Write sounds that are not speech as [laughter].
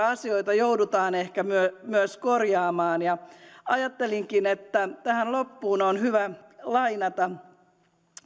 [unintelligible] asioita joudutaan ehkä myös myös korjaamaan ajattelinkin että tähän loppuun on hyvä lainata